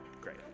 Great